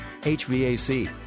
hvac